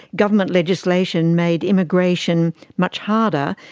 government legislation made immigration much harder.